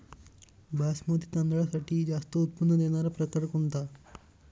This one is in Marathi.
बासमती तांदळातील जास्त उत्पन्न देणारा प्रकार कोणता?